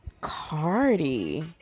Cardi